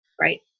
right